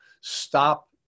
stop